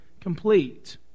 complete